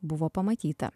buvo pamatyta